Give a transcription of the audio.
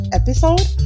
episode